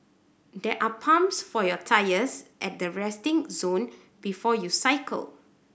there are pumps for your tyres at the resting zone before you cycle